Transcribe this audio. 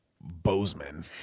Bozeman